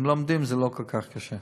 אם לומדים, זה לא כל כך קשה.